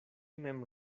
mem